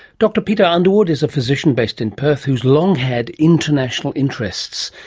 dr peter underwood is a physician based in perth, who's long had international interests.